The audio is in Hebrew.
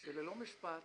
שללא משפט,